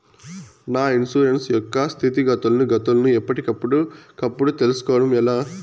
నా ఇన్సూరెన్సు యొక్క స్థితిగతులను గతులను ఎప్పటికప్పుడు కప్పుడు తెలుస్కోవడం ఎలా?